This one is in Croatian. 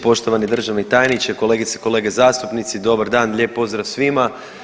Poštovani državni tajniče, kolegice i kolege zastupnici, dobar dan, lijep pozdrav svima.